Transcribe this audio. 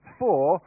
four